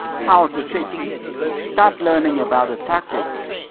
how to fix start learning about the tactics.